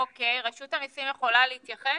אוקיי, רשות המסים יכולה להתייחס?